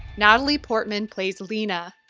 natalie portman plays lena,